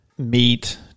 Meat